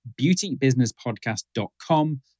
beautybusinesspodcast.com